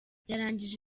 yarangije